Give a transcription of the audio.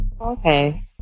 okay